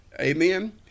Amen